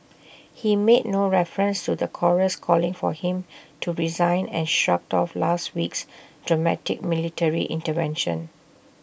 he made no reference to the chorus calling for him to resign and shrugged off last week's dramatic military intervention